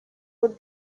would